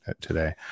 today